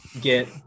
get